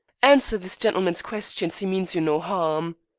answer this gentleman's questions. he means you no harm.